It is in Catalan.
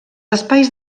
espais